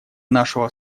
нашего